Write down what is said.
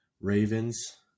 Ravens